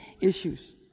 issues